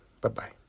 Bye-bye